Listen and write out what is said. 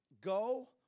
go